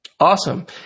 Awesome